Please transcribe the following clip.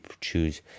choose